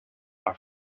are